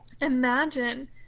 imagine